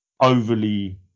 overly